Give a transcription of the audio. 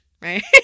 right